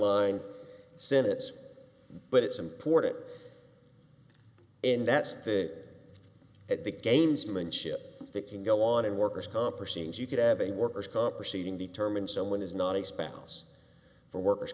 line senates but it's important and that's the at the gamesmanship that can go on in worker's comp or seems you could have a worker's comp proceeding determine someone is not a spouse for worker